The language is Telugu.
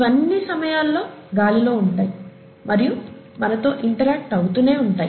ఇవి అన్ని సమయాల్లో గాలిలో ఉంటాయి మరియు మనతో ఇంటరాక్ట్ అవుతూనే ఉంటాయి